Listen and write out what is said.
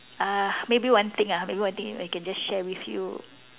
uh maybe one thing ah maybe one thing I can just share with you